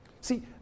See